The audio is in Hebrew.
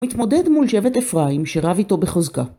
מתמודד מול שבט אפרים שרב איתו בחזקה.